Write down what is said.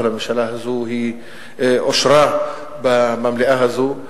והממשלה הזאת אושרה במליאה הזאת,